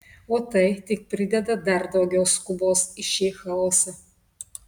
o tai tik prideda dar daugiau skubos į šį chaosą